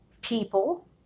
people